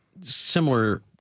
similar